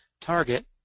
target